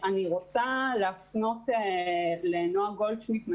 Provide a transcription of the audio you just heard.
אני רוצה להפנות לנעה גולדשמידט,